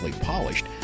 Polished